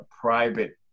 private